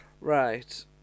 Right